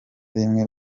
rimwe